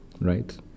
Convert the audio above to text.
right